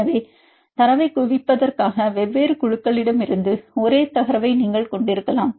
எனவே தரவைக் குவிப்பதற்காக வெவ்வேறு குழுக்களிடமிருந்து ஒரே தரவை நீங்கள் கொண்டிருக்கலாம்